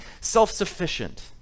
self-sufficient